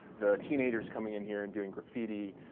the teenagers coming in here and doing graffiti,